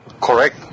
Correct